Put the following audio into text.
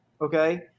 Okay